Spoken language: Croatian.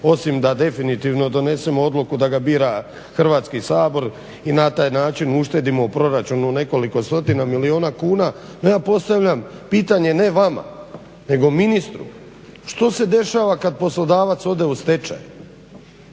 osim da definitivno donesemo odluku da ga bira Hrvatski sabor i na taj način uštedimo u proračunu nekoliko stotina milijuna kuna. Ja postavljam pitanje, ne vama, nego ministru što se dešava kad poslodavac ode u stečaj?